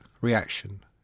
reaction